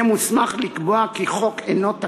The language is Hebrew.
יהיה מוסמך לקבוע כי חוק אינו תקף.